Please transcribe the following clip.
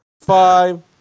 five